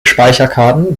speicherkarten